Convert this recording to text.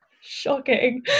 Shocking